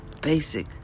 basic